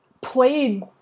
played